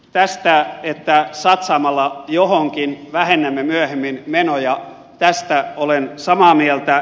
tästä että satsaamalla johonkin vähennämme myöhemmin menoja olen samaa mieltä